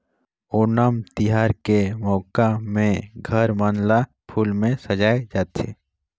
ओनम तिहार के मउका में घर मन ल फूल में सजाए जाथे